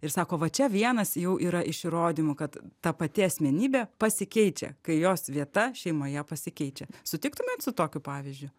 ir sako va čia vienas jau yra iš įrodymų kad ta pati asmenybė pasikeičia kai jos vieta šeimoje pasikeičia sutiktumėt su tokiu pavyzdžiu